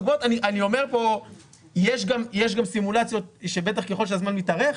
אני אומר שיש גם סימולציות ובטח ככל שהזמן מתארך,